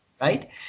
right